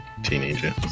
Teenager